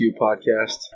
podcast